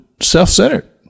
self-centered